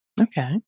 Okay